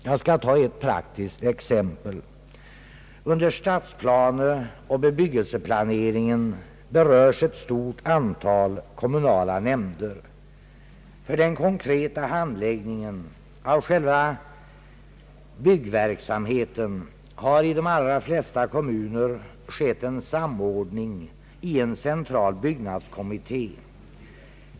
Jag skall ta ett praktiskt exempel. Under stadsplaneoch bebyggelseplaneringen berörs ett stort antal kommunala nämnder. För den konkreta hand läggningen av själva byggverksamheten har i de allra flesta kommuner skett en samordning i en central byggnadskommitté.